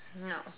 no